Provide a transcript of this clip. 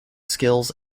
skills